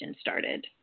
started